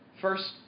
First